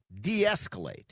de-escalate